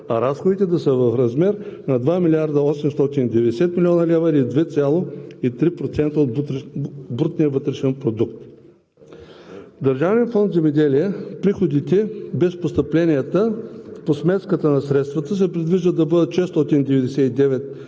а разходите да са в размер на 2,890.0 млн. лв., или 2,3% от брутния вътрешен продукт. В Държавен фонд „Земеделие“ приходите (без постъпленията) по сметката за средства се предвижда да бъдат 699,7 млн.